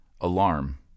alarm